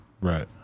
Right